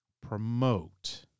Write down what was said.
promote